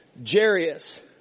Jarius